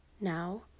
Now